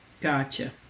Gotcha